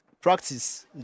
practice